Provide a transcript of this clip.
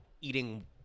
eating